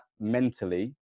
mentally